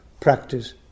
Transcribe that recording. practice